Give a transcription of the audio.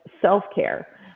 self-care